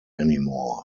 anymore